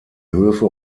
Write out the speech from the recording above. höfe